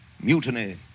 mutiny